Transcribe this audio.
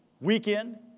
weekend